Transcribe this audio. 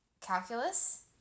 Calculus